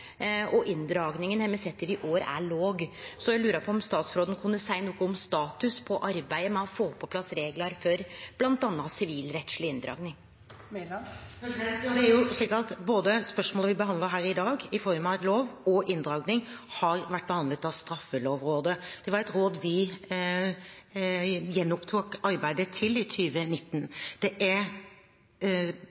og inndragingane har me sett over år er låge. Eg lurer på om statsråden kan seie noko om status for arbeidet med å få på plass reglar for bl.a. sivilrettsleg inndraging. Både spørsmålet vi behandler her i dag, i form av en lov, og inndragning, har vært behandlet av straffelovrådet. Det var et råd vi gjenopptok arbeidet til i 2019. Det er